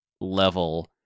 level